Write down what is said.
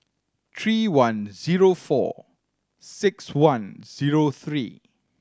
three one zero four six one zero three